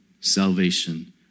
salvation